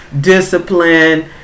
discipline